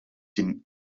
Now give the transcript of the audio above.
dem